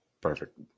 perfect